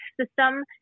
system